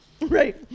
Right